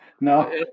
no